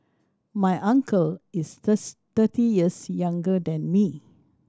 my uncle is thirty years younger than me